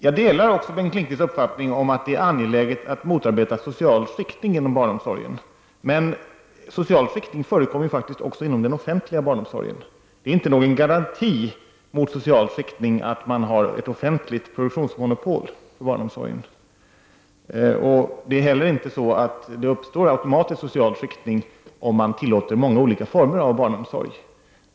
Jag delar Bengt Lindqvists uppfattning att det är angeläget att motarbeta social skiktning inom barnomsorgen. Men social skiktning förekommer faktiskt även inom den offentliga barnomsorgen. Det är ingen garanti mot social skiktning att man har ett offenligt produktionsmonopol för barnomsorgen. Det uppstår inte heller automatiskt social skiktning om man tillåter många olika former av barnomsorg.